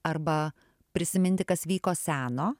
arba prisiminti kas vyko seno